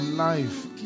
life